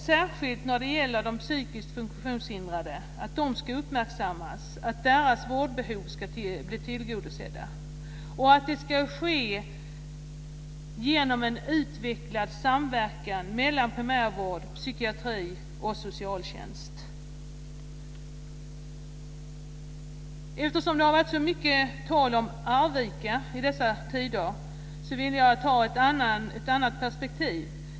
Särskilt gäller det då att de psykiskt funktionshindrade ska uppmärksammas, att deras vårdbehov ska bli tillgodosedda och att det ska ske i en utvecklad samverkan mellan primärvård, psykiatri och socialtjänst. I dessa tider talas det ju mycket om Arvika men jag ska ta upp Arvika i ett annat perspektiv.